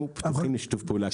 אנחנו פתוחים לשיתוף פעולה.